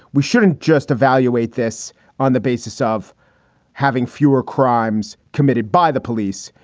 we shouldn't just evaluate this on the basis of having fewer crimes committed by the police,